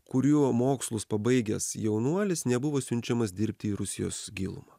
kurių mokslus pabaigęs jaunuolis nebuvo siunčiamas dirbti į rusijos gilumą